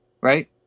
right